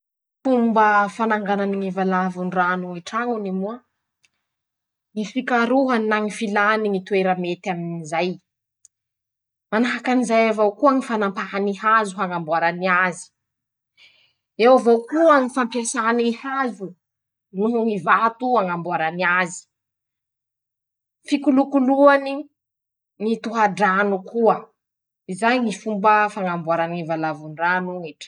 Fomba fananganany ñy valavon-drano ñy trañony moa: -ñy fikaroha na ñy filany ñy toera mety aminy zay ;manahaky anizay avao koa ñy fanampahany hazo hañamboarany azy ;eo avao koa<kôkôrikôoo> ñy fampiasany ñy hazo noho ñy vato hañamboarany azy ;fikolokoloany ñy toha-drano koa ;izay ñy fomba fañamboarany ñy valavon-drano ny trañony.